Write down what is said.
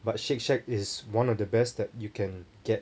but Shake Shack is one of the best that you can get